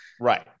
Right